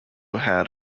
had